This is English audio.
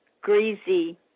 greasy